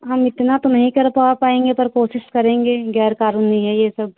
हम इतना तो नहीं कर पवा पाएँगे पर कोशिश करेंगे गैर कानूनी है ये सब